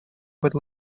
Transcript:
would